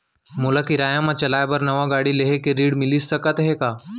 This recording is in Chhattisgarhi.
मोला किराया मा चलाए बर नवा गाड़ी लेहे के ऋण मिलिस सकत हे का?